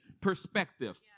perspective